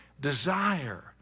desire